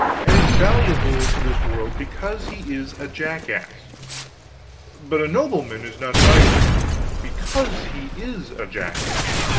and is valuable to this world because he is a jackass but a nobleman is not valuable because he is a jackass.